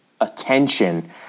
attention